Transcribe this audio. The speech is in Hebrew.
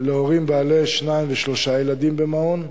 להורים בעלי שניים ושלושה ילדים במעון,